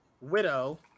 widow